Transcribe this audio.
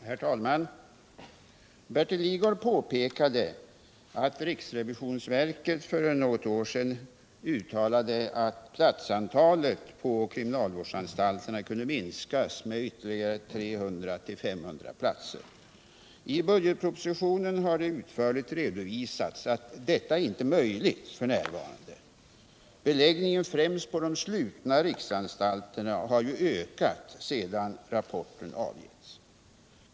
Herr talman! Bertil Lidgard påpekade att riksrevisionsverket för något år sedan i en rapport uttalade att platsantalet på kriminalvårdsanstalterna kunde minskas med ytterligare 300-500 platser. I budgetpropositionen har utförligt redovisats att detta inte är möjligt f. n. Beläggningen främst på de slutna riksanstalterna har ju ökat sedan rapporten avgavs.